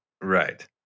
Right